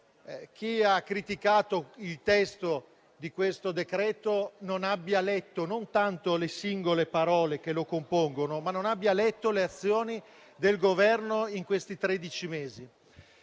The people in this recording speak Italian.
chi ha criticato il testo di questo decreto non abbia letto, non tanto le singole parole che lo compongono, quanto le azioni di questo Governo in questi tredici